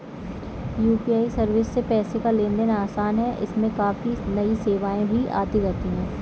UPI service से पैसे का लेन देन आसान है इसमें काफी नई सेवाएं भी आती रहती हैं